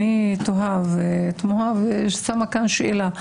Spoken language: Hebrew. אני תוהה ושמה כאן שאלה.